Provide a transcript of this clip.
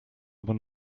aber